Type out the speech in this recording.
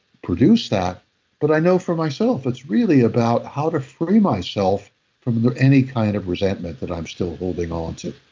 produce that but i know for myself, it's really about how to free myself from any kind of resentment that i'm still holding on to.